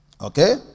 Okay